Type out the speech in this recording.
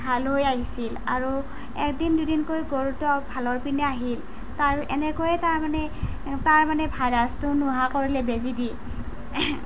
ভাল হৈ আহিছিল আৰু এদিন দুদিনকৈ গৰুটো ভালৰ পিনে আহিল তাৰ এনেকৈয়ে তাৰমানে তাৰমানে ভাইৰাছটো নোহোৱা কৰিলে বেজী দি